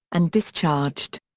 and discharged.